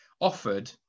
offered